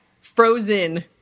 Frozen